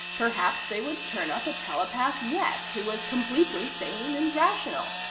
perhaps they would turn up a telepath yet who was completely sane and rational.